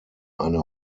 eine